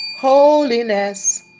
Holiness